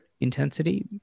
intensity